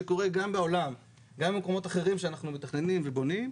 בעולם וגם במקומות אחרים שאנחנו מתכננים ובונים,